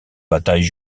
batailles